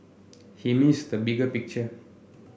he missed the bigger picture